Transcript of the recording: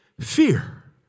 Fear